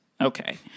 Okay